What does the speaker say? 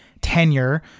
tenure